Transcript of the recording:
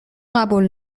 قبول